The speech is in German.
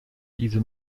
diese